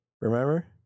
Remember